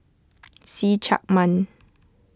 See Chak Mun